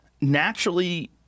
naturally